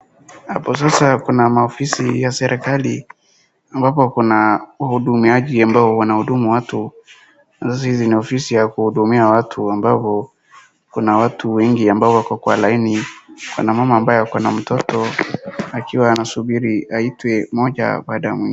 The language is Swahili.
Hapo sasa kuna maofisi ya serikali ambapo kuna uhudumiaji ambao wanahudumu watu. Na sasa hizi ni ofisi za kuhudumia watu ambao kuna watu wengi ambao wako kwa laini kuna mama ambaye ako na mtoto akiwa amesubiri aitwe mmoja baada ya mwingine.